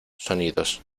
sonidos